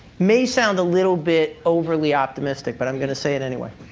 may sound a little bit overly optimistic. but i'm going to say it anyway.